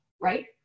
right